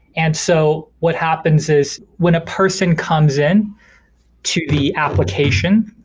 and so what happens is when a person comes in to the application,